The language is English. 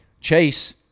chase